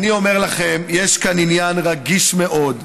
אני אומר לכם, יש כאן עניין רגיש מאוד.